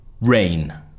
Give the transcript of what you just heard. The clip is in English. Rain